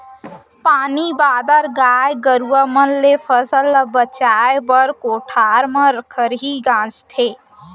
पानी बादर, गाय गरूवा मन ले फसल ल बचाए बर कोठार म खरही गांजथें